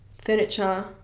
Furniture